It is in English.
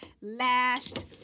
last